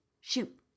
Shoot